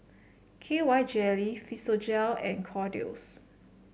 K Y Jelly Physiogel and Kordel's